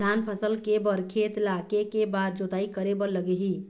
धान फसल के बर खेत ला के के बार जोताई करे बर लगही?